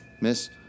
Miss